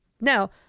Now